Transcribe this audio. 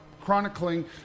chronicling